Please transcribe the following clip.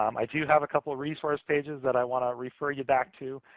um i do have a couple resources pages that i want to refer you back to.